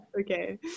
Okay